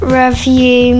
review